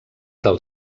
del